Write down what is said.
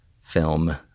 film